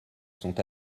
sont